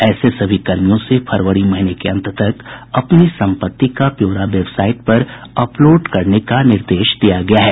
ऐसे सभी कर्मियों से फरवरी महीने के अंत तक अपनी सम्पत्ति का ब्यौरा वेबसाईट पर अपलोड करने का निर्देश दिया गया है